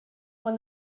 when